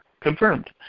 confirmed